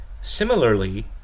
Similarly